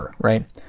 Right